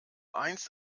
einst